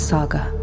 Saga